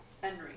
Henry